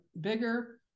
bigger